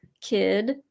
kid